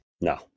No